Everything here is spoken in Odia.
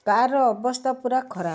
କାର୍ର ଅବସ୍ଥା ପୁରା ଖରାପ